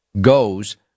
goes